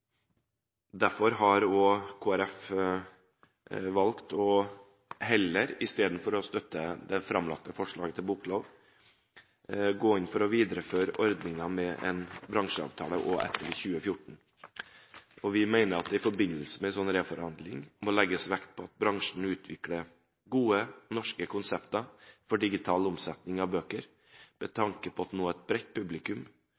Derfor har også Kristelig Folkeparti heller valgt – istedenfor å støtte det framlagte forslaget til boklov – å gå inn for å videreføre ordningen med en bransjeavtale også etter 2014. Vi mener at det i forbindelse med en slik reforhandling må legges vekt på at bransjen skal utvikle gode norske konsepter for digital omsetning av bøker med